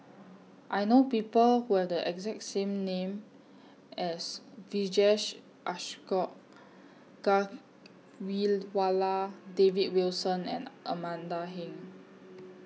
I know People Who Have The exact name as Vijesh Ashok Ghariwala David Wilson and Amanda Heng